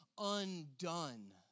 undone